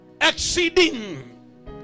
exceeding